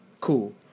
Cool